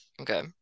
Okay